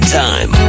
time